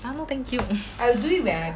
ah no thank you